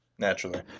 Naturally